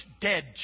dead